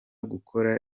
gukora